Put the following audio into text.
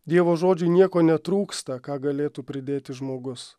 dievo žodžiai nieko netrūksta ką galėtų pridėti žmogus